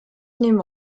nehme